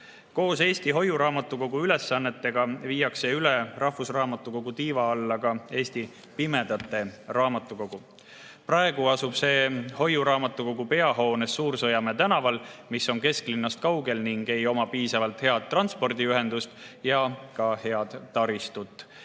Koos Eesti Hoiuraamatukogu ülesannetega viiakse rahvusraamatukogu tiiva alla üle ka Eesti Pimedate Raamatukogu. Praegu asub see hoiuraamatukogu peahoones Suur-Sõjamäe tänaval, mis on kesklinnast kaugel. Seal ei ole piisavalt head transpordiühendust ega taristut,